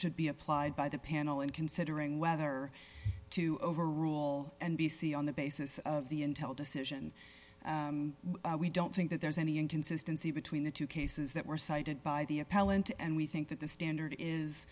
should be applied by the panel in considering whether to overrule n b c on the basis of the intel decision we don't think that there's any inconsistency between the two cases that were cited by the appellant and we think that the standard is